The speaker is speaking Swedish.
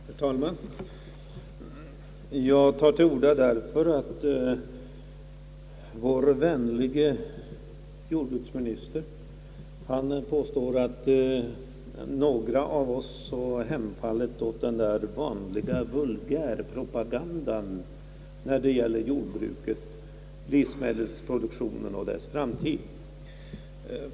Herr talman! Jag tar till orda därför att vår vänlige jordbruksminister påstår att några av oss har hemfallit åt den så vanliga vulgärpropagandan när det gäller jordbruket, livsmedelsproduktionen och dess framtid.